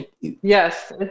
Yes